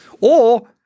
or-